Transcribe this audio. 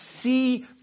see